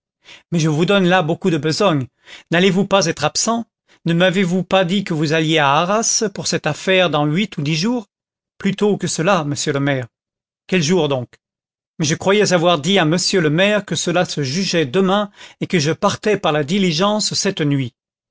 mais je vous donne là beaucoup de besogne n'allez-vous pas être absent ne m'avez-vous pas dit que vous alliez à arras pour cette affaire dans huit ou dix jours plus tôt que cela monsieur le maire quel jour donc mais je croyais avoir dit à monsieur le maire que cela se jugeait demain et que je partais par la diligence cette nuit